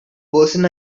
person